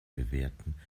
bewerten